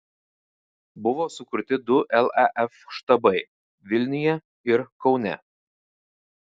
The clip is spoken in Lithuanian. buvo sukurti du laf štabai vilniuje ir kaune